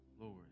Lord